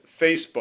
Facebook